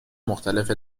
مختلف